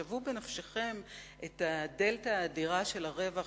שוו בנפשכם את הדלתא האדירה של הרווח